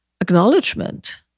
acknowledgement